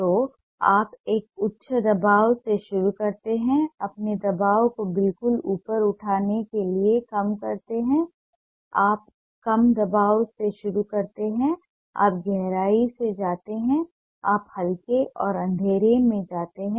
तो आप एक उच्च दबाव से शुरू करते हैं अपने दबाव को बिल्कुल ऊपर उठाने के लिए कम करते हैं आप कम दबाव से शुरू करते हैं आप गहराई से जाते हैं आप हल्के और अंधेरे में जाते हैं